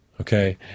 Okay